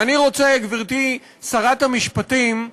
ואני רוצה, גברתי שרת המשפטים,